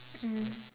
mm